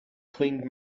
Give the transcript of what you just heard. cleaned